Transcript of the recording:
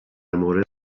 مورد